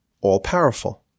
all-powerful